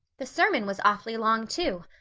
the sermon was awfully long, too.